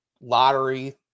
lottery